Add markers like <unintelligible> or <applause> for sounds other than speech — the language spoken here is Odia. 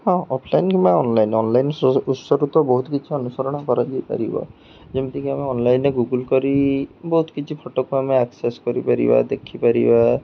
ହଁ ଅଫ୍ଲାଇନ୍ କିମ୍ବା ଅନ୍ଲାଇନ୍ ଅନ୍ଲାଇନ୍ <unintelligible> ଉତ୍ସରୁ ତ ବହୁତ କିଛି ଅନୁସରଣ କରାଯାଇପାରିବ ଯେମିତିକି ଆମେ ଅନ୍ଲାଇନ୍ରେ ଗୁଗୁଲ୍ କରି ବହୁତ କିଛି ଫଟୋକୁ ଆମେ ଆକ୍ସେସ୍ କରିପାରିବା ଦେଖିପାରିବା